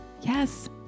Yes